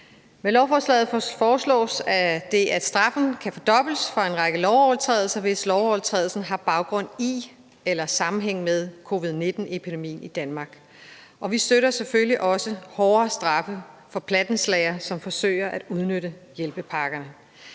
Med lovforslaget foreslås det, at straffen kan fordobles for en række lovovertrædelser, hvis lovovertrædelsen har baggrund i eller sammenhæng med covid-19-epidemien i Danmark. Og vi støtter selvfølgelig også hårdere straffe for plattenslagere, som forsøger at udnytte hjælpepakkerne.